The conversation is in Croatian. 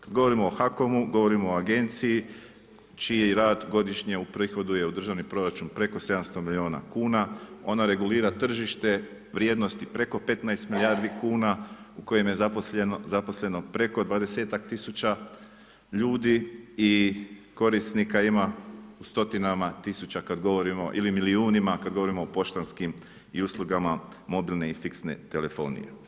Kada govorimo o HAKOM-u govorimo o agenciji čiji rad godišnje uprihoduju u državni proračunu preko 700 milijuna kuna, ona regulirat tržište vrijednosti preko 15 milijardi kuna, kojim je zaposleno preko 20000 ljudi i korisnika ima stotina tisuća kada govorimo ili milijunima kada govorimo o poštanskim i uslugama mobilne i fiksne telefonije.